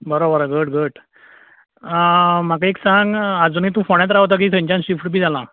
बरो बरो घट घट म्हाका एक सांग आजुनूय तूं फोंड्यांत रावता की थंयच्यान शिफ्ट बी जालां